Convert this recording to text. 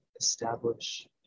establish